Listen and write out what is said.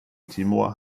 timor